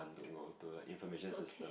to go to an information system